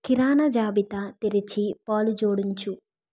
కిరాణా జాబితా తెరిచి పాలు జోడించు